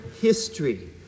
history